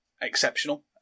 exceptional